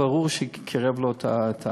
ברור שהזיהום קירב את המיתה.